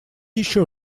еще